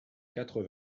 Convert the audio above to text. quatre